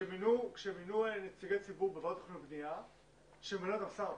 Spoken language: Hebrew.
יש ועדה מקומית, יש נושאים